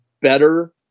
better